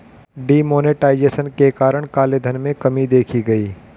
D monetization के कारण काले धन में कमी देखी गई